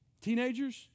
Teenagers